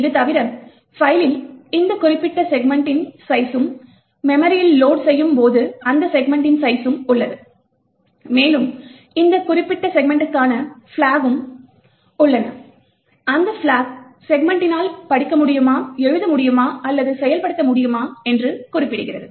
இது தவிர பைலில் இந்த குறிப்பிட்ட செக்மென்டின் ஸைசும் மெமரியில் லோட் செய்யும் போது அந்த செக்மென்டின் ஸைசும் உள்ளது மேலும் இந்த குறிப்பிட்ட செக்மென்ட்ன்க்கான பிளக்கும் உள்ளன அந்த பிளக் செக்மென்ட்டினால் படிக்க முடியுமா எழுத முடியுமா அல்லது செயல்படுத்த முடியுமா என்று குறிப்பிடுகிறது